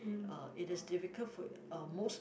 uh it is difficult for uh most